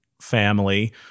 family